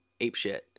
apeshit